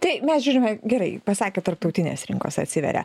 tai mes žiūrime gerai pasakėt tarptautinės rinkos atsiveria